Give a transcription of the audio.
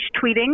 tweeting